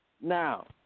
now